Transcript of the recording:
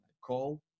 call